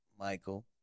Michael